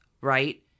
right